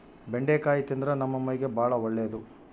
ಬೆಂಡಿಕಾಯಿ ತಿಂದ್ರ ನಮ್ಮ ಮೈಗೆ ಬಾಳ ಒಳ್ಳೆದು